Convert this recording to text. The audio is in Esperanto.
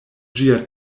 ĝia